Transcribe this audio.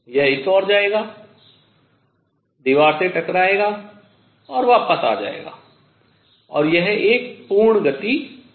यह इस ओर जाएगा दीवार से टकराएगा और वापस आ जाएगा और यह एक पूर्ण गति होगी